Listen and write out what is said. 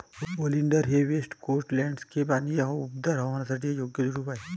oleander हे west coast landscape आणि उबदार हवामानासाठी योग्य झुडूप आहे